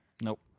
Nope